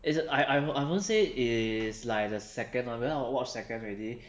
is it I I I won't say is like the second one because I watch second already